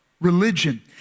religion